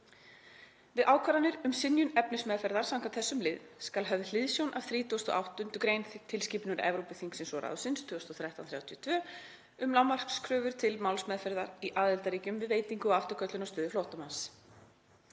Við ákvarðanir um synjun efnismeðferðar samkvæmt þessum lið skal höfð hliðsjón af 38. gr. tilskipunar Evrópuþingsins og ráðsins 2013/32/ESB um lágmarkskröfur til málsmeðferðar í aðildarríkjum við veitingu og afturköllun á stöðu flóttamanns.